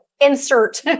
insert